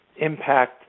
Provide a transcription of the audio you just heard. impact